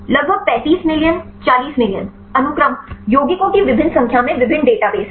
लगभग 35 million 40 million अनुक्रम यौगिकों की विभिन्न संख्या में विभिन्न डेटाबेस हैं